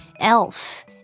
Elf